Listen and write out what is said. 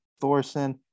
Thorson